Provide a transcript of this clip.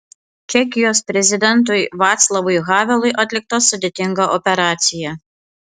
čekijos prezidentui vaclavui havelui atlikta sudėtinga operacija